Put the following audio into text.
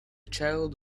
child